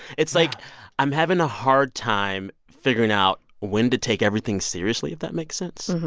it's like i'm having a hard time figuring out when to take everything seriously, if that makes sense,